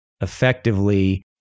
effectively